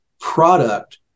product